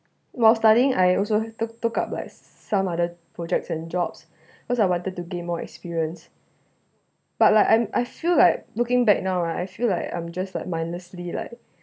while studying I also took took up like some other projects and jobs cause I wanted to gain more experience but like I'm I feel like looking back and now right I feel like I'm just like mindlessly like